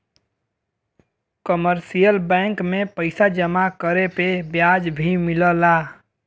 commercial bank में पइसा जमा करे पे ब्याज भी मिलला